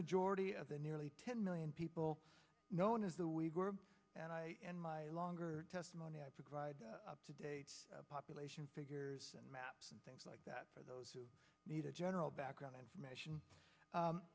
majority of the nearly ten million people known as the we were and in my longer testimony i provide up to date population figures and maps and things like that for those who need a general background information